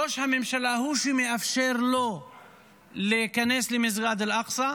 ראש הממשלה הוא שמאפשר לו להיכנס למסגד אל-אקצא,